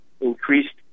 increased